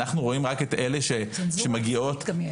אנחנו רואים רק את אלה שמגיעות -- צנזורה עצמית גם יש.